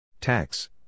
Tax